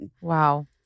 Wow